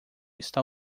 está